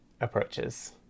approaches